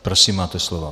Prosím, máte slovo.